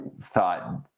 thought